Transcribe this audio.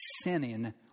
sinning